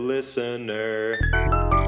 Listener